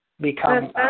become